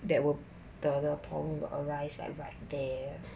that were the the problems will arise ah right there